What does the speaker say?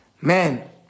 Man